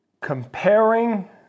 comparing